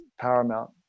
paramount